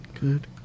good